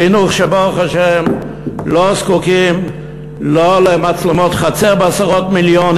חינוך שברוך השם לא זקוקים לא למצלמות חצר בעשרות מיליונים,